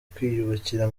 kwiyubakira